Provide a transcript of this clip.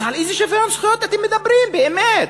אז על איזה שוויון זכויות אתם מדברים, באמת?